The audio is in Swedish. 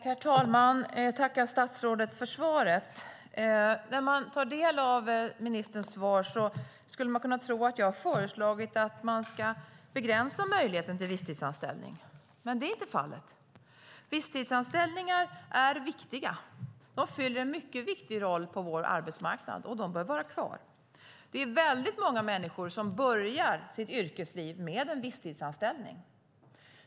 Herr talman! Jag vill tacka statsrådet för svaret. När man tar del av ministerns svar skulle man kunna tro att jag har föreslagit att man ska begränsa möjligheten till visstidsanställning, men så är inte fallet. Visstidsanställningar är viktiga och fyller en mycket viktig roll på vår arbetsmarknad, och de bör vara kvar. Det är väldigt många människor som börjar sitt yrkesliv med en visstidsanställning.